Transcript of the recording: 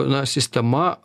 na sistema